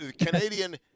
Canadian